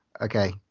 okay